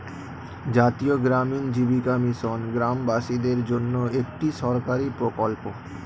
জাতীয় গ্রামীণ জীবিকা মিশন গ্রামবাসীদের জন্যে একটি সরকারি প্রকল্প